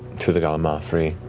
to the gallimaufry.